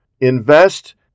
Invest